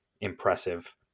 impressive